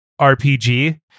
RPG